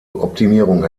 optimierung